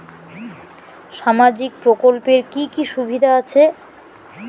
সামাজিক প্রকল্পের কি কি সুবিধা আছে?